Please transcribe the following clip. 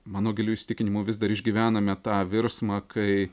mano giliu įsitikinimu vis dar išgyvename tą virsmą kai